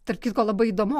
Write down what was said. tarp kitko labai įdomu